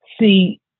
see